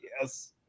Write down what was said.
yes